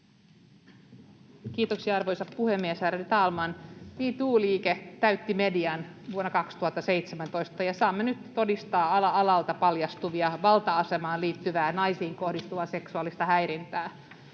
Kiitoksia, arvoisa puhemies, ärade talman! Me too ‑liike täytti median vuonna 2017, ja saamme nyt todistaa ala alalta paljastuvaa valta-asemaan liittyvää naisiin kohdistuvaa seksuaalista häirintää.